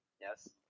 yes